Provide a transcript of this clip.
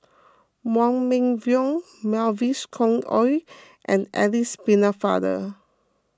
Wong Meng Voon Mavis Khoo Oei and Alice Pennefather